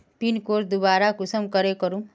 Pin code दोबारा कुंसम करे करूम?